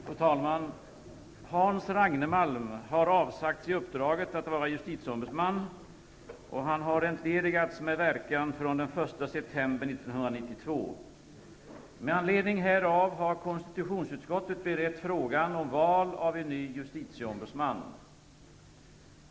Fru talman! Hans Ragnemalm har avsagt sig uppdraget att vara justitieombudsman, och han har entledigats med verkan från den 1 september 1992. Med anledning härav har konstitutionsutskottet berett frågan om val av en ny justitieombudsman.